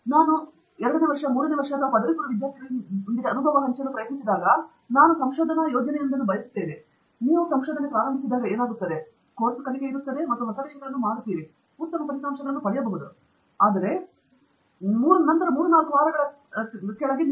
ನಾನು ಎರಡನೇ ವರ್ಷ ಮೂರನೇ ವರ್ಷ ಪದವಿಪೂರ್ವ ವಿದ್ಯಾರ್ಥಿಗಳೊಂದಿಗೆ ನಾನು ಅನುಭವಿಸಲು ಪ್ರಯತ್ನಿಸಿದಾಗ ನಿಮಗೆ ಗೊತ್ತಿದೆ ನಾನು ಸಂಶೋಧನಾ ಯೋಜನೆಯೊಂದನ್ನು ಬಯಸುತ್ತೇನೆ ನೀವು ಪ್ರಾರಂಭಿಸಿದಾಗ ಏನಾಗುತ್ತದೆ ಕೋರ್ಸ್ ಕಲಿಕೆ ಇದೆ ಮತ್ತು ನೀವು ಹೊಸದನ್ನು ಮಾಡುತ್ತಿದ್ದೀರಿ ವಿಷಯಗಳು ಮತ್ತು ನೀವು ಕೆಲವು ಉತ್ತಮ ಫಲಿತಾಂಶಗಳನ್ನು ಪಡೆಯಬಹುದು ಆದರೆ ಬೇಗ ಅಥವಾ ನಂತರ ಮೂರು ವಾರಗಳ ಅಥವಾ ನಾಲ್ಕು ವಾರಗಳ ಸಾಲಿನ ಕೆಳಗೆ ನೀವು